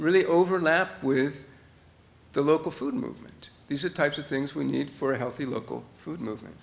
really overlap with the local food movement these are types of things we need for a healthy local food mov